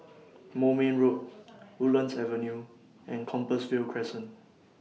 Moulmein Road Woodlands Avenue and Compassvale Crescent